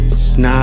Nah